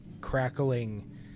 crackling